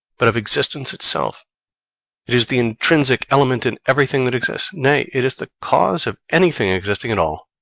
but of existence itself it is the intrinsic element in everything that exists, nay, it is the cause of anything existing at all.